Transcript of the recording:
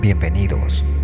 Bienvenidos